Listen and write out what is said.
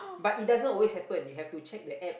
but it doesn't always happen you have to check the App